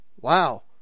Wow